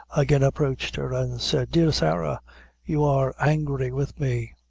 again approached her and said dear sarah you are angry with me.